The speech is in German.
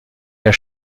der